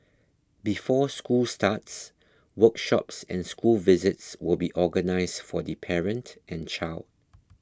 before school starts workshops and school visits will be organised for the parent and child